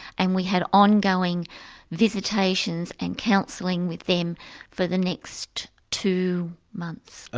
and we had ongoing visitations and counselling with them for the next two months. ah